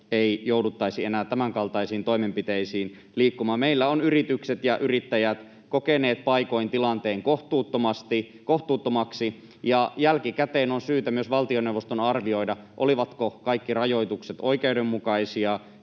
ei jouduttaisi enää tämänkaltaisiin toimenpiteisiin liikkumaan. Meillä ovat yritykset ja yrittäjät kokeneet paikoin tilanteen kohtuuttomaksi, ja jälkikäteen on syytä myös valtioneuvoston arvioida, olivatko kaikki rajoitukset oikeudenmukaisia,